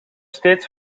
steeds